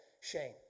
Shame